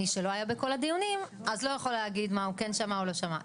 מי שלא היה בכל הדיונים לא יכול להגיד מה הוא כן שמע או לא שמע.